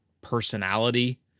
personality